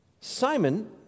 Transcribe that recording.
Simon